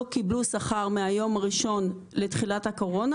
קיבלו שכר מהיום הראשון לתחילת הקורונה,